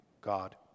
God